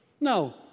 No